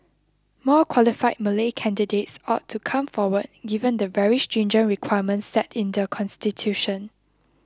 more qualified Malay candidates ought to come forward given the very stringent requirements set in the constitution